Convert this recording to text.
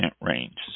range